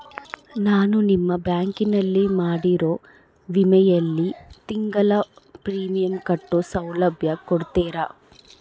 ನಾನು ನಿಮ್ಮ ಬ್ಯಾಂಕಿನಲ್ಲಿ ಮಾಡಿರೋ ವಿಮೆಯಲ್ಲಿ ತಿಂಗಳ ಪ್ರೇಮಿಯಂ ಕಟ್ಟೋ ಸೌಲಭ್ಯ ಕೊಡ್ತೇರಾ?